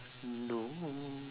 no